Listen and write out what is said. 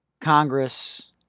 Congress